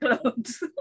clothes